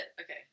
Okay